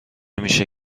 میشه